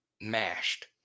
mashed